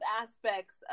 aspects